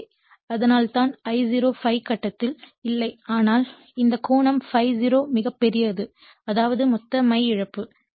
எனவே அதனால்தான் I0 ∅ கட்டத்தில் இல்லை ஆனால் இந்த கோணம் ∅0 மிகப் பெரியது அதாவது மொத்த மைய இழப்பு